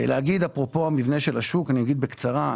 להגיד אפרופו המבנה של השוק, אני אגיד בקצרה.